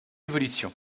évolution